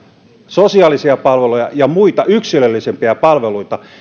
sosiaalisia palveluja ja muita yksilöllisempiä palveluita